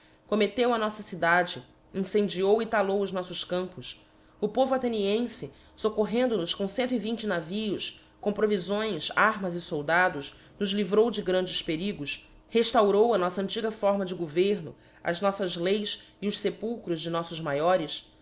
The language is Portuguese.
commetteu a noffa cidade incendiou e talou os noflbs campos o povo athenienfe foccorrendo nos com cento e vinte navios com provifões armas e foldados nos livrou de grandes perigos reftaurou a nofla antiga forma de governo as noflas leis e os fepulchros de noflbs maiores